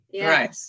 Right